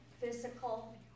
physical